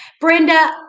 Brenda